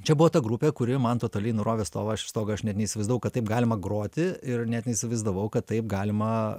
čia buvo ta grupė kuri man totaliai nurovė stovą aš stogo aš net neįsivaizdavau kad taip galima groti ir net neįsivaizdavau kad taip galima